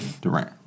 Durant